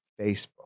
Facebook